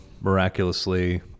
miraculously